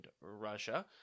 Russia